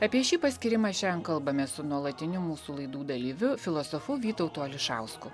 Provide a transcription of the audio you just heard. apie šį paskyrimą šiandien kalbamės su nuolatiniu mūsų laidų dalyviu filosofu vytautu ališausku